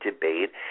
debate